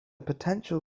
potential